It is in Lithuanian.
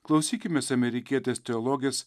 klausykimės amerikietės teologės